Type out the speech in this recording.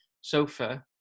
sofa